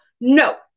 No